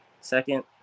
Second